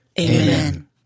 Amen